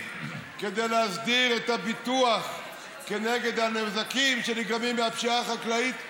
כדי להסדיר את הביטוח כנגד הנזקים שנגרמים מהפשיעה החקלאית.